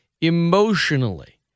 Emotionally